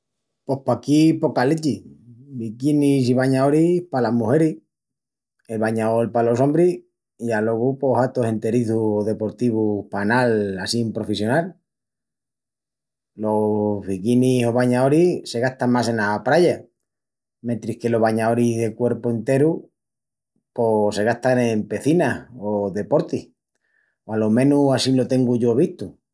Pos paquí poca lechi: biquinis i bañaoris palas mugeris, el bañaol palos ombris i alogu pos hatus enterizus o deportivus pa anal assín profissional. Los biquinis o bañaoris se gastan más ena praya, mentris que los bañaoris de cuerpu enteru pos se gastan en pecinas o deportis, o alo menus assín lo tengu yo vistu.